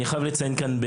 אני חייב לציין כאן,